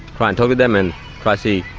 try and talk to them and try see